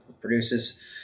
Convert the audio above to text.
produces